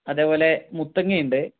അതേപോലെ മുത്തങ്ങ ഉണ്ട്